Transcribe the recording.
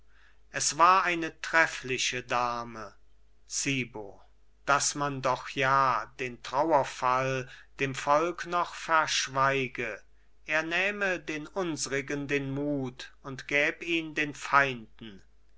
es war eine treffliche dame zibo daß man doch ja den trauerfall dem volk noch verschweige er nähme den unsrigen den mut und gäb ihn den feinden